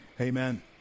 Amen